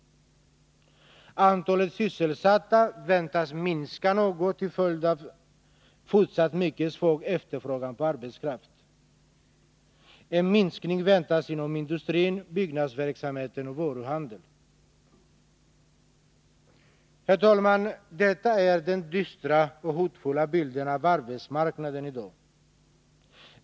Antalet sysselsatta väntas minska något till följd av fortsatt mycket svag efterfrågan på arbetskraft. En minskning väntas inom industrin, byggnadsverksamheten och varuhandeln. Herr talman! Detta är den dystra och hotfulla bilden av arbetsmarknaden i dag.